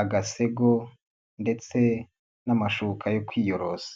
agasego ndetse n'amashuka yo kwiyorosa.